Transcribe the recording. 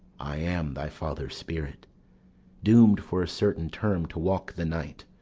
i am thy father's spirit doom'd for a certain term to walk the night,